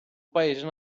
paese